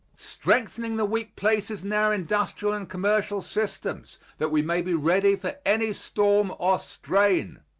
strengthening the weak places in our industrial and commercial systems, that we may be ready for any storm or strain.